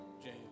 james